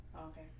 okay